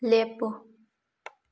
ꯂꯦꯄꯨ